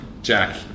Jack